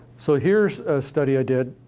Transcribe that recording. so here's a study i did,